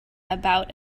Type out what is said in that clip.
about